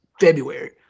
February